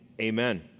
Amen